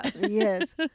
Yes